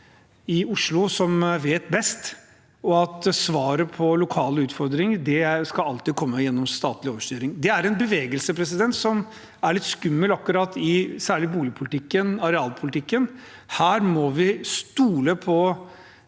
i Oslo som vet best, og at svaret på lokale utfordringer alltid skal komme gjennom statlig overstyring, er en bevegelse som er litt skummel, særlig i boligpolitikken og i arealpolitikken. Her må vi stole på